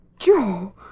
Joe